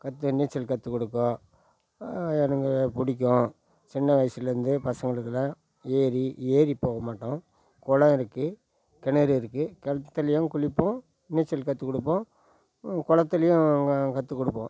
கற்று நீச்சல் கற்று கொடுப்போம் எனக்கு பிடிக்கும் சின்ன வயசுலேருந்து பசங்களுக்கெல்லாம் ஏரி ஏரி போக மாட்டோம் குளம் இருக்குது கிணறு இருக்குது கிணத்து தண்ணி தான் குளிப்போம் நீச்சல் கற்று கொடுப்போம் குளத்துலேயும் நாங்கள் கற்று கொடுப்போம்